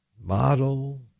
model